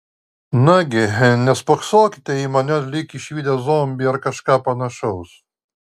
nagi nespoksokite į mane lyg išvydę zombį ar kažką panašaus